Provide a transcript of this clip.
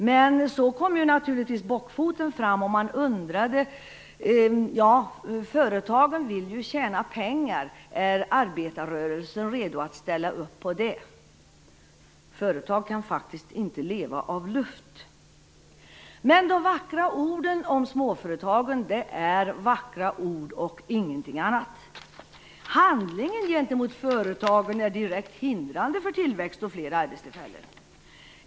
Men så kommer ju naturligtvis bockfoten fram, och man undrar: Företagen vill ju tjäna pengar - är arbetarrörelsen redo att ställa upp på det? Företag kan faktiskt inte leva av luft! De vackra orden om småföretag är just vackra ord och ingenting annat. Handlingen gentemot företagen är direkt hindrande för tillväxt och fler arbetstillfällen!